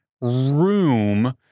room